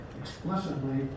explicitly